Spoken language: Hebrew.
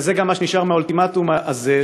וזה גם מה שנשאר מהאולטימטום הזה,